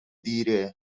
دیره